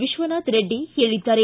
ವಿಶ್ವನಾಥ ರೆಡ್ಡಿ ಹೇಳಿದ್ದಾರೆ